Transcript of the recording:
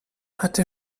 hatte